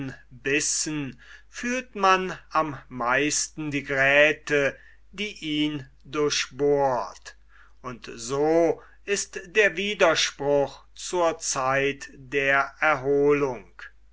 bissen fühlt man am meisten die gräte die ihn durchbohrt und so ist der widerspruch zur zeit der erholung